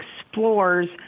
explores